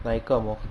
哪一个模块